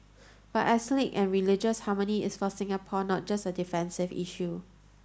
but ethnic and religious harmony is for Singapore not just a defensive issue